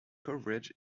coverage